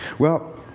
well,